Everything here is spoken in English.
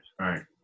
right